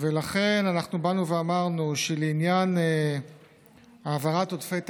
ולכן אנחנו באנו ואמרנו שלעניין העברת עודפי תקציב,